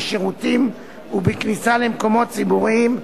בשירותים ובכניסה למקומות ציבוריים,